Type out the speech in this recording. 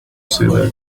say